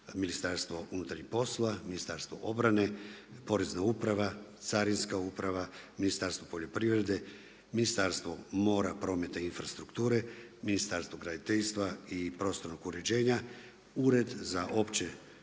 Ministarstvo unutarnjih posla, Ministarstvo obrane, Porezna uprava, Carinska uprava, Ministarstvo poljoprivrede, Ministarstvo mora prometa i infrastrukture, Ministarstvo graditeljstva i prostornog uređenja, Ured za opće